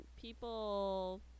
people